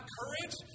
courage